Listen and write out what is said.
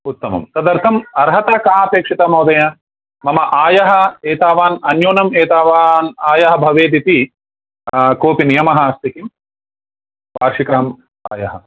उत्तमं तदर्थम् अर्हता का अपेक्षिता महोदय मम आयः एतावान् अन्यूनम् एतावान् आयः भवेत् इति कोपि नियमः अस्ति किम् वार्षिकाम् आयः